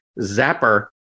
zapper